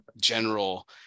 general